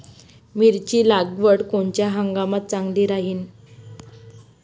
मिरची लागवड कोनच्या हंगामात चांगली राहीन?